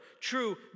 true